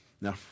Now